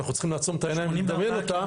אנחנו צריכים לעצום את העיניים ולדמיין אותה,